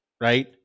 right